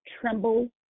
tremble